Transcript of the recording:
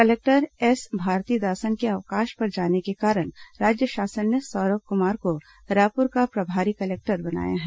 collector S Bharathidasan के अवकाश पर जाने के कारण राज्य शासन ने सौरव कुमार को रायपुर का प्रभारी कलेक्टर बनाया है